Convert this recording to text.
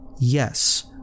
Yes